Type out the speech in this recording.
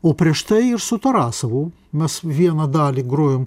o prieš tai ir su tarasovu mes vieną dalį grojom